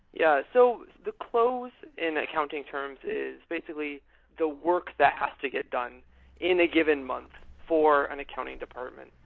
yeah. so the close in accounting terms is basically the work that has to get done in a given month for an accounting department.